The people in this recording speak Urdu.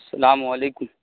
اسلام علیکم